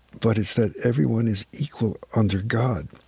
but it's that everyone is equal under god,